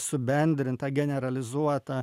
subendrintą generalizuotą